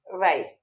right